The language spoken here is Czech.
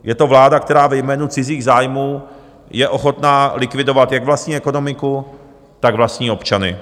Je to vláda, která ve jménu cizích zájmů je ochotná likvidovat jak vlastní ekonomiku, tak vlastní občany.